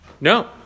No